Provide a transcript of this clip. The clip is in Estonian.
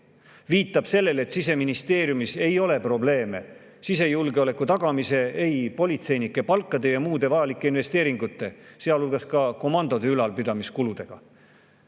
viitab sellele, et Siseministeeriumis ei ole probleeme sisejulgeoleku tagamise, ei politseinike palkade ega muude vajalike investeeringute, sealhulgas ka komandode ülalpidamiskuludega.